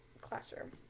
classroom